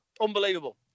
Unbelievable